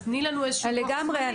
תני לנו איזשהו לוח זמנים.